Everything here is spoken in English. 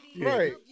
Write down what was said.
Right